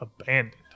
abandoned